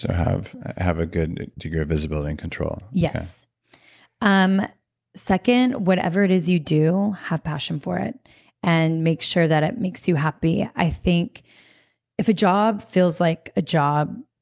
so have have a good degree of visibility and control? yes okay um second, whatever it is you do, have passion for it and make sure that it makes you happy. i think if a job feels like a job,